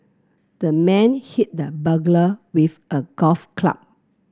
the man hit the burglar with a golf club